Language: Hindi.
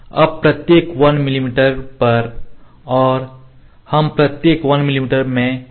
अब प्रत्येक 1 मिमी पर और हम प्रत्येक 1 मिमी मैं मेजर करेंगे